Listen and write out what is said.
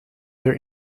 their